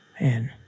man